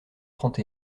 trente